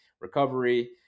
recovery